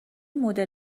مدل